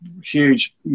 huge